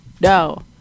No